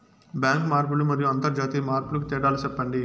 Bank మార్పులు మరియు అంతర్జాతీయ మార్పుల కు తేడాలు సెప్పండి?